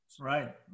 Right